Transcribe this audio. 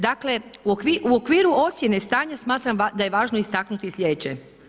Dakle, u okviru ocjene stanja smatram da je važno istaknuti slijedeće.